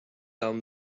down